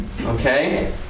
Okay